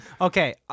Okay